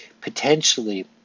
Potentially